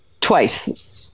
twice